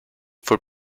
for